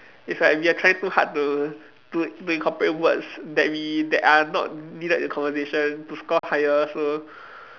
it's like we are trying to hard to to to incorporate words that we that are not needed in conversation to score higher so